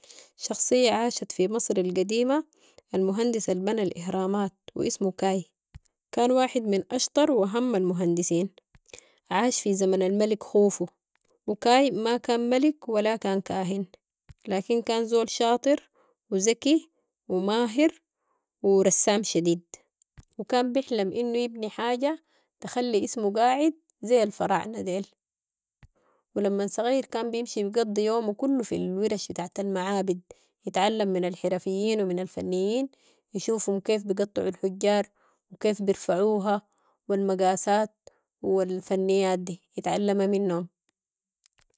شخصية عاشت في مصر القديمة، المهندس البنى الإهرامات واسمو كاي كان واحد من أشطر واهم المهندسين، عاش في زمن الملك خوفو وكاي ما كان ملك ولا كان كاهن، لكن كان زول شاطر وزكي وماهر ورسام شديد وكان بحلم أنو يبني حاجة تخلي اسمو قاعد زي الفراعنة ديل و لمن صغير كان بمشي يقضي يومو كلو في الورش بتاعت المعابد يتعلم من الحرفيين ومن الفنيين يشوفهم كيف بيقطعوا الحجار وكيف برفعوها والمقاسات والفنيات دي اتعلمها منهم.